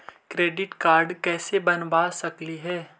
Credit card कैसे बनबा सकली हे?